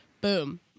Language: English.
boom